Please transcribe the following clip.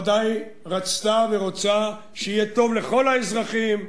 ודאי רצתה ורוצה שיהיה טוב לכל האזרחים,